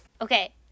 okay